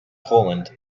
poland